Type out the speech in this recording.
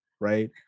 right